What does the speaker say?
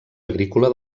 agrícola